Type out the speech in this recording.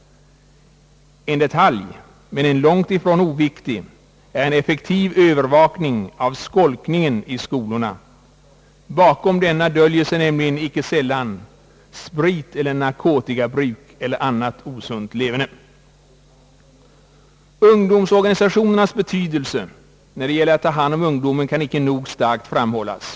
En detalj, men en långt ifrån oviktig sådan, är en effektiv övervakning av skolkningen i skolorna. Bakom denna döljer sig nämligen inte sällan spriteller narkotikabruk eller annat osunt leverne. Ungdomsorganisationernas betydelse när det gäller att ta hand om ungdomen kan inte nog starkt framhållas.